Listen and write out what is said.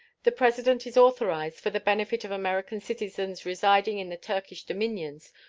the president is authorized, for the benefit of american citizens residing in the turkish dominions,